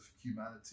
humanity